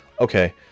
Okay